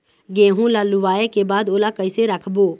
गेहूं ला लुवाऐ के बाद ओला कइसे राखबो?